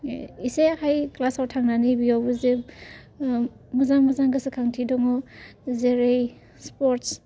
एसेहाय क्लासआव थांनानै बेयावबो जे मोजां मोजां गोसोखांथि दङ जेरै स्पर्टस